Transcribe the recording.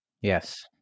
Yes